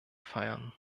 feiern